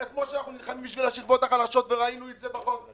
כמו שאנחנו נלחמים בשביל השכבות החלשות וראינו את זה בחוק,